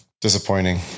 Disappointing